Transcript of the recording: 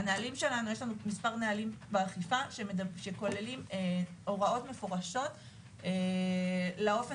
יש לנו מספר נהלים באכיפה שכוללים הוראות מפורשות לאופן